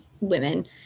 women